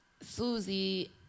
Susie